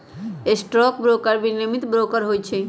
stock broker विनियमित broker होइ छइ